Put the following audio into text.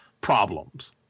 problems